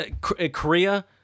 Korea